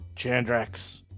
Chandrax